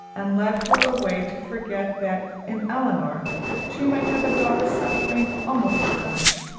and led her away to forget that in elinor she might have a daughter suffering almost as much,